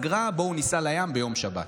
אגרה "בואו ניסע לים ביום שבת".